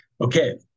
Okay